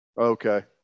Okay